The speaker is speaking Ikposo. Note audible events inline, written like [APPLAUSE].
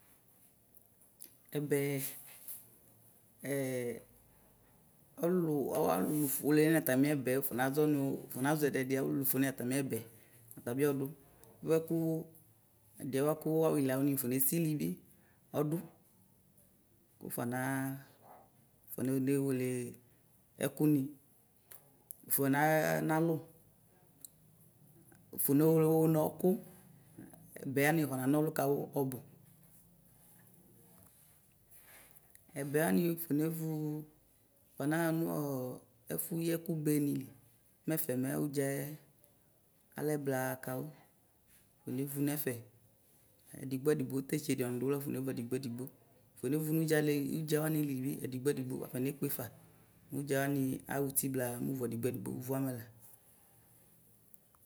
Ɛbɛ [HESITATION] ɔlʋlʋfʋele wani atami ɛbɛ wʋfɔ nazɔnʋ wʋfɔ nazɔ tɛdiɛ ɔlʋlʋfʋele wani ɛtu ɔtabi ɔdʋ bʋapɛkʋ awixla wani wafɔnesinibi ɔdʋ ufɔna ʋfɔnewele ɛkʋni ʋfɔna nalʋ ʋfɔnewele ɔkʋ ɛbɛwan afɔnanɔlʋ kawʋ ɔbʋ, ɛbɛwani ʋfɔnevʋ ʋfɔnaxa nʋɔ ɛfuyi ɛkʋ beni nɛfɛ ʋdzɛ alɛ blaa kawʋ ʋfɔnevʋ edigbo edigbo ʋfɔnevʋ nʋ ʋdzawan libi edigbo edigbo wakɔnekpefa mʋdzawani axa ʋti blaa mʋ ʋvʋ edigbo edigbo ʋvʋ amɛla.